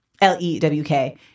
L-E-W-K